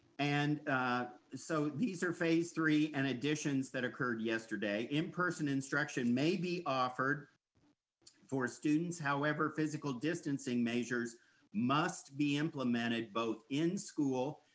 and so these are phase three and additions that occurred yesterday. in-person instruction may be offered for students. however, physical distancing measures must be implemented both in school,